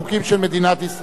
נתקבל.